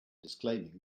disclaiming